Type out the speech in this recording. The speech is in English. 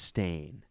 Stain